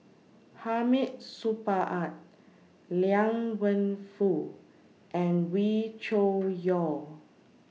Hamid Supaat Liang Wenfu and Wee Cho Yaw